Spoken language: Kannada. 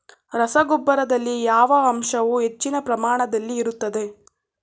ರಸಗೊಬ್ಬರದಲ್ಲಿ ಯಾವ ಅಂಶವು ಹೆಚ್ಚಿನ ಪ್ರಮಾಣದಲ್ಲಿ ಇರುತ್ತದೆ?